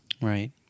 Right